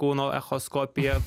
kūno echoskopija